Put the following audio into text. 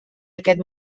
aquest